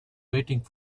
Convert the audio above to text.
waiting